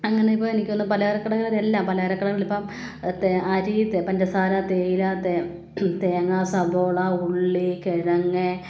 അങ്ങനെ ഇപ്പോൾ എനിക്കു തോന്നുന്നു പലചരകടകളിലെല്ലാം പലചരക്കുകടകളിൽ ഇപ്പം അരി പഞ്ചസാര തേയില തേങ്ങ സവോള ഉള്ളി കിഴങ്ങ്